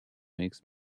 makes